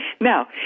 Now